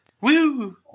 Woo